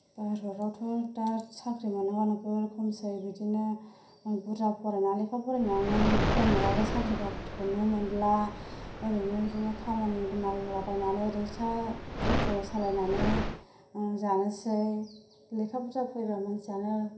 भारतआवथ' दा साख्रि मोननागौआनो जोबोर खमसै बिदिनो बुरजा फरायना लेखा फरायनानै फरायनायाबो साख्रि बाख्रिखौनो मोनला ओरैनो बिदिनो खामानि मावलाबायनानै रिक्सा ट'ट' सालायनानै जानोसै लेखा बुरजा फरायग्रा मानसियानो